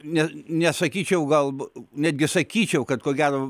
ne nesakyčiau galbūt netgi sakyčiau kad ko gero